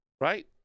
right